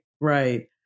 right